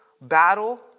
battle